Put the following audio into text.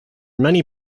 many